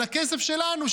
על הכסף שלנו.